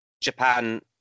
Japan